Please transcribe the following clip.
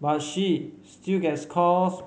but she still gets calls